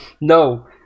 No